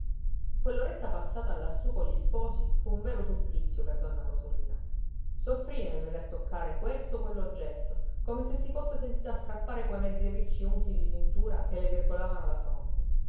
quell'oretta passata lassù con gli sposi fu un vero supplizio per donna rosolina soffrí nel veder toccare questo o quell'oggetto come se si fosse sentita strappare quei mezzi ricci unti di tintura che le virgolavano la fronte